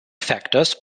factors